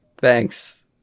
Thanks